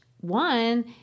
one